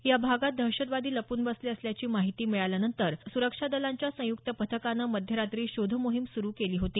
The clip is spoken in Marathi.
या भागात दहशतवादी लपून बसले असल्याची माहिती मिळाल्यानंतर सुरक्षा दलांच्या संयुक्त पथकानं मध्यरात्री शोधमोहिम सुरु केली होती